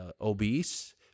obese